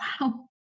wow